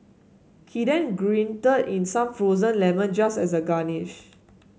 he then grated in some frozen lemon just as a garnish